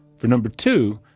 for number two,